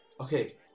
okay